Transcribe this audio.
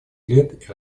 лет